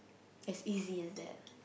as easy as that